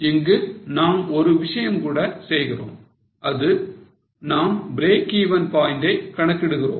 இங்கு நாம் ஒரு விஷயம் கூட செய்கிறோம் அது நாம் breakeven point ஐ கணக்கிடுகிறோம்